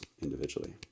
individually